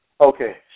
Okay